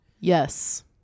Yes